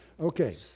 okay